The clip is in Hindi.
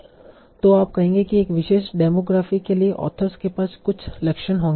तो आप कहेंगे कि एक विशेष डेमोग्राफी के लिए ऑथर्स के पास कुछ लक्षण होंगे